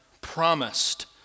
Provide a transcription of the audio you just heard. promised